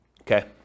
Okay